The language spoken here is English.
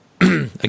again